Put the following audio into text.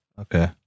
Okay